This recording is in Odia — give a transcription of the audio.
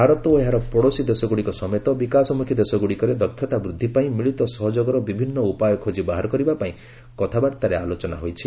ଭାରତ ଓ ଏହାର ପଡ଼ୋଶୀ ଦେଶଗୁଡ଼ିକ ସମେତ ବିକାଶମୁଖୀ ଦେଶଗୁଡ଼ିକରେ ଦକ୍ଷତାବୃଦ୍ଧି ପାଇଁ ମିଳିତ ସହଯୋଗର ବିଭିନ୍ନ ଉପାୟ ଖୋଜି ବାହାର କରିବା ପାଇଁ କଥାବାର୍ତ୍ତାରେ ଆଲୋଚନା ହୋଇଛି